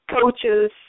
coaches